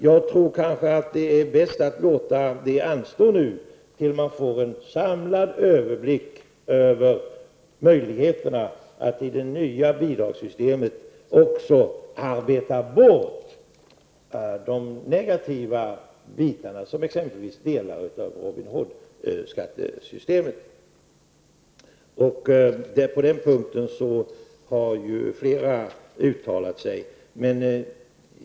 Jag tror att det kanske är bäst att låta sådana ändringar anstå tills vi får en samlad överblick över möjligheterna att i det nya bidragssystemet arbeta bort de negativa inslagen, såsom exempelvis delar av Robin Hoodskattesystemet. Flera talare har uttalat sig på denna punkt.